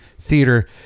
theater